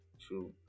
true